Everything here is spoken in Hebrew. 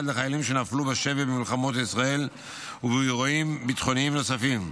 לחיילים שנפלו בשבי במלחמות ישראל ובאירועים ביטחוניים נוספים.